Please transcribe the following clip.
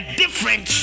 different